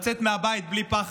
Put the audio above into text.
לצאת מהבית בלי פחד,